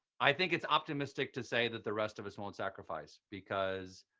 i think it's optimistic to say that the rest of us won't sacrifice because,